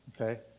okay